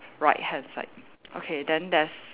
right hand side okay then there's